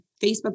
Facebook